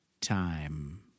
time